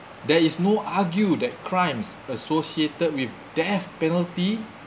there is no argue that crimes associated with death penalty